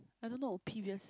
I don't know previous